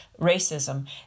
racism